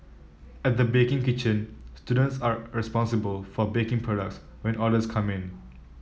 at the baking kitchen students are responsible for baking products when orders come in